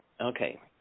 Okay